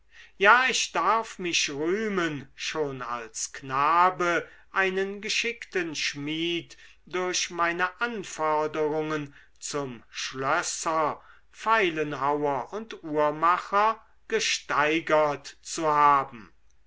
ja ich darf mich rühmen schon als knabe einen geschickten schmied durch meine anforderungen zum schlösser feilenhauer und uhrmacher gesteigert zu haben